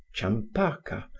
champaka,